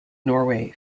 norway